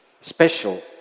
special